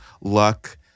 luck